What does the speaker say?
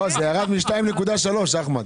לא, זה ירד מ-2.3, אחמד.